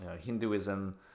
Hinduism